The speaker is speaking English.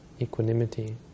equanimity